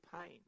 pain